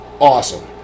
awesome